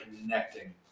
connecting